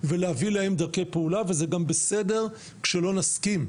ולהביא להם דרכי פעולה וזה גם בסדר כשלא נסכים.